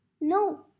No